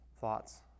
thoughts